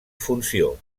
funció